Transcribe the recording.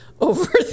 over